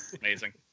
Amazing